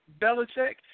Belichick